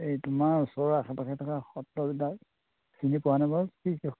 এই তোমাৰ ওচৰৰ আশে পাশে থকা সত্ৰবিলাক চিনি পোৱানে বাৰু কি